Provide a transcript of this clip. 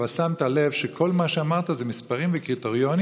אבל שמת לב שכל מה שאמרת זה מספרים וקריטריונים